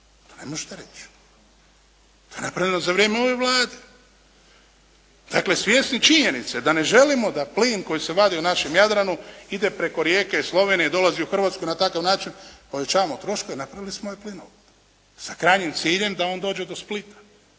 To ne možete reći. To je napravljeno za vrijeme ove Vlade. Dakle svjesni činjenice da ne želimo da plin koji se vadi u našem Jadranu ide preko Rijeke i Slovenije i dolazi u Hrvatsku, na takav način povećavamo troškove, napravili smo ovaj plinovod sa krajnjim ciljem da on dođe do Splita.